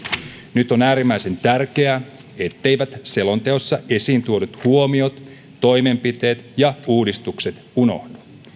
nyt on äärimmäisen tärkeää etteivät selonteossa esiin tuodut huomiot toimenpiteet ja uudistukset unohdu